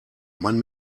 man